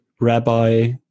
Rabbi